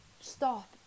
stop